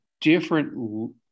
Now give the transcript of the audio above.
different